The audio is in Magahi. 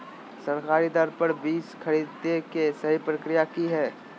सरकारी दर पर बीज खरीदें के सही प्रक्रिया की हय?